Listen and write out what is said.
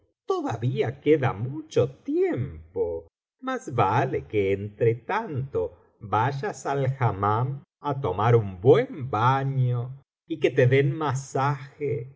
todavía queda mucho tiempo más vale que entretanto vayas al hammam á tomar un buen baño y que te den masaje